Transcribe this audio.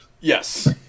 Yes